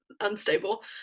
unstable